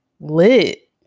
lit